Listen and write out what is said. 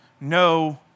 no